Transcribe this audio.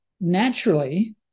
naturally